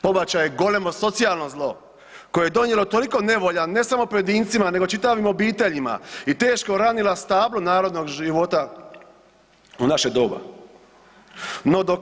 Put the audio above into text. Pobačaj je golemo socijalno zlo koje je donijelo toliko nevolja ne samo pojedincima nego čitavim obiteljima i teško ranila stablo narodnog života u naše doba.